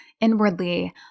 inwardly